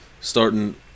starting